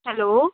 hello